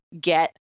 get